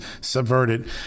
subverted